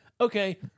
okay